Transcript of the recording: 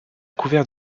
couvert